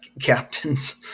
captains